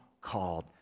called